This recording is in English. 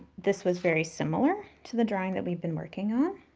this was very similar to the drawing that we've been working on.